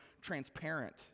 transparent